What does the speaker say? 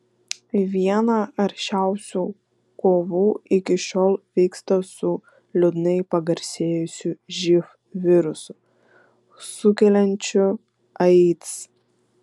viena aršiausių kovų iki šiol vyksta su liūdnai pagarsėjusiu živ virusu sukeliančiu aids